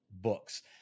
books